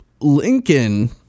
Lincoln